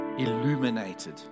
illuminated